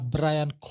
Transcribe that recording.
Brian